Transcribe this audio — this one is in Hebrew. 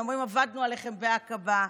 אומרים: עבדנו עליכם בעקבה.